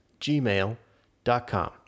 gmail.com